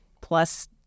Plus